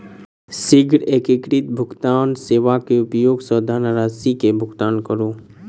शीघ्र एकीकृत भुगतान सेवा के उपयोग सॅ धनरशि के भुगतान करू